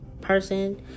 person